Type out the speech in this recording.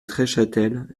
treschâtel